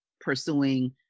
pursuing